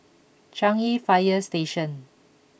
Changi Fire Station